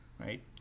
right